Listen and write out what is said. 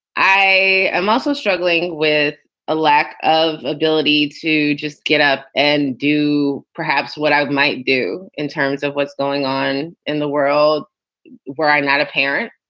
i am also struggling with a lack of ability to just get up and do perhaps what i might do in terms of what's going on in the world where i'm not a parent.